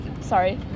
sorry